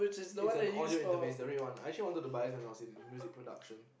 it's an audio interface the red one I actually wanted to buy this when I was in music production